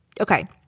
Okay